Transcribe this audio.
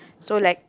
so like